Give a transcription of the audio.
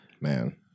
Man